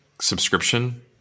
subscription